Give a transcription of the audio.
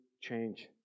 change